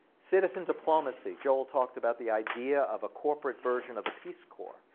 citizen diplomacy, joel talked about the idea of a corporate version of the peace corps,